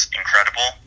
incredible